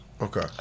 Okay